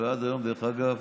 ועד היום דרך אגב